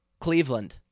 Cleveland